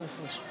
אדוני השר,